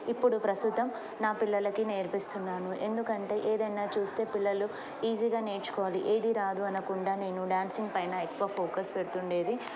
ఇప్పుడు ప్రస్తుతం నా పిల్లల నేర్పిస్తున్నాను ఎందుకంటే ఏదైనా చూస్తే పిల్లలు ఈజీగా నేర్చుకోవాలి ఏది రాదు అనకుండా నేను డ్యాన్సింగ్ పైన ఎక్కువ ఫోకస్ పెడుతుండేది